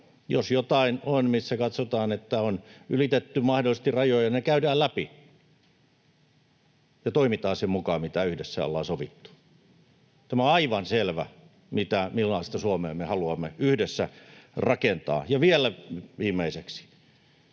on jotain, missä katsotaan, että on ylitetty mahdollisesti rajoja, ne käydään läpi ja toimitaan sen mukaan, mitä yhdessä ollaan sovittu. Tämä on aivan selvä, millaista Suomea me haluamme yhdessä rakentaa. Vielä viimeiseksi: